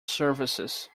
services